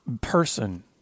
person